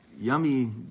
yummy